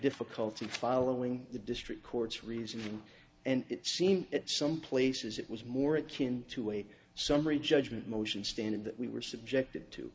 difficulty following the district court's reasoning and it seemed that some places it was more akin to a summary judgment motion standard that we were subjected to